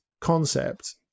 concept